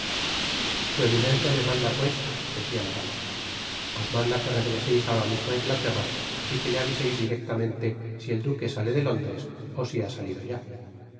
su eminencia me manda pues decía la dama os manda que regreseis ahora mismo á inglaterra y que le aviseis directamente si el duque sale de londres ó si ha salido ya